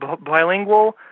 bilingual